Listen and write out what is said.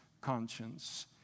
conscience